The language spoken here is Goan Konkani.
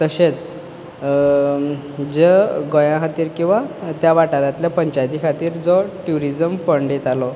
तशेंच जे गोंया खातीर किंवां त्या वाटारान पंचायती खातीर जर ट्युरीजम फंड येतालो